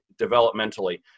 developmentally